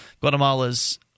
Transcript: Guatemala's